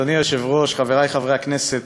אדוני היושב-ראש, חברי חברי הכנסת,